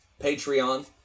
Patreon